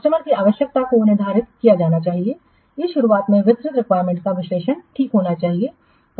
customer की आवश्यकता को निर्धारित किया जाना चाहिए इस शुरुआत में विस्तृत रिक्वायरमेंट्स का विश्लेषण ठीक है